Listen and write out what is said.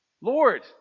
Lord